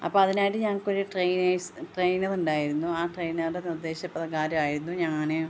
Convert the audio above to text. അപ്പോൾ അതിനായിട്ട് ഞങ്ങൾക്ക് ഒരു ട്രെയിനേഴ്സ് ട്രെയിനർ ഉണ്ടായിരുന്നു ആ ട്രെയിനറുടെ നിർദ്ദേശ പ്രകാരമായിരുന്നു ഞാൻ